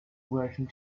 working